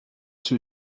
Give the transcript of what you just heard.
two